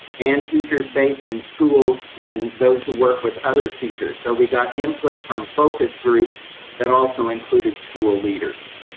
and teachers based in schools and those who work with other teachers. so we got input from focus groups that also included school leaders.